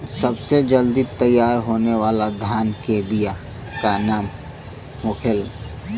सबसे जल्दी तैयार होने वाला धान के बिया का का नाम होखेला?